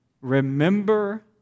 remember